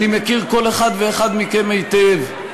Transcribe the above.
אני מכיר כל אחת ואחד מכם היטב,